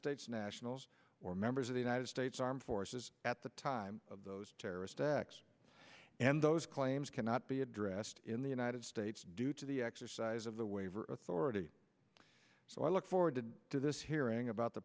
nationals or members of the united states armed forces at the time of those terrorist acts and those claims cannot be addressed in the united states due to the exercise of the waiver authority so i look forward to this hearing about the